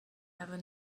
ever